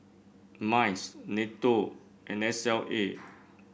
MICE NATO and S L A